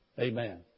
Amen